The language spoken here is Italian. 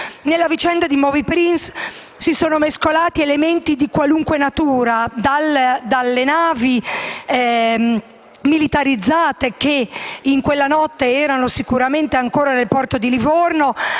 Nella vicenda Moby Prince si sono mescolati elementi di qualunque natura: dalle navi militari, che in quella notte erano sicuramente ancora nel porto di Livorno,